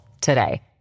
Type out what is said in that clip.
today